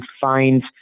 find